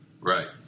Right